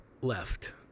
left